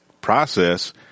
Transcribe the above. process